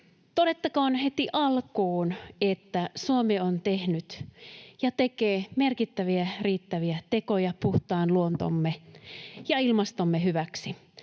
Todettakoon heti alkuun, että Suomi on tehnyt ja tekee merkittäviä, riittäviä tekoja puhtaan luontomme ja ilmastomme hyväksi.